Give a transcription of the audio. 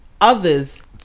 others